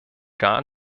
gar